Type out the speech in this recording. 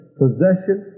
possession